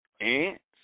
Ants